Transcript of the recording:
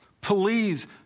Please